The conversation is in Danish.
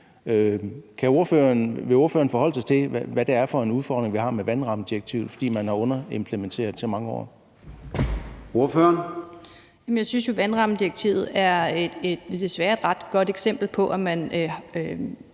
Vil ordføreren forholde sig til, hvad det er for en udfordring, vi har med vandrammedirektivet, fordi man har underimplementeret i så mange år? Kl. 10:46 Formanden (Søren Gade): Ordføreren. Kl.